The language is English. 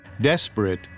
Desperate